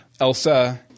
Elsa